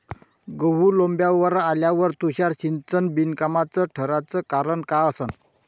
गहू लोम्बावर आल्यावर तुषार सिंचन बिनकामाचं ठराचं कारन का असन?